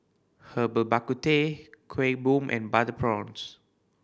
Herbal Bak Ku Teh Kuih Bom and butter prawns